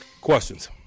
questions